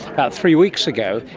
about three weeks ago,